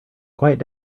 quiet